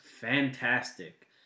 fantastic